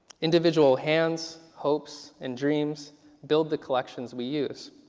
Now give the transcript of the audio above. individual hands, hopes and dreams build the collections we use.